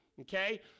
Okay